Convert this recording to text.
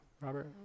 robert